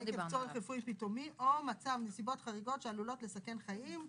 עקב צורך רפואי פתאומי או מצב/נסיבות חריגות שעלולות לסכן חיים,